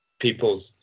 people's